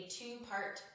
two-part